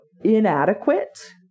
inadequate